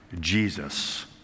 Jesus